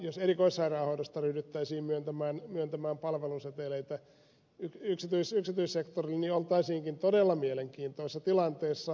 jos erikoissairaanhoidosta ryhdyttäisiin myöntämään palveluseteleitä yksityissektorille niin oltaisiinkin todella mielenkiintoisessa tilanteessa